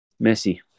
Messi